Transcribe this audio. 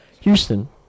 Houston